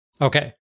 Okay